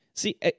See